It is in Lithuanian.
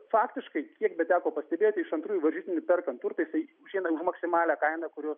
faktiškai kiek beteko pastebėti iš antrųjų varžytinių perkant turtą jisai išeina už maksimalią kainą kuri